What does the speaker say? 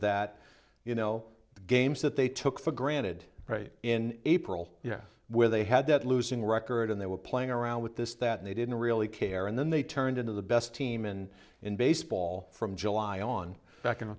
that you know the games that they took for granted right in april you know where they had that losing record and they were playing around with this that they didn't really care and then they turned into the best team in baseball from july on beckon